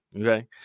okay